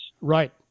Right